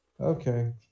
Okay